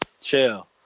chill